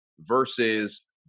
versus